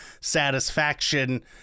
satisfaction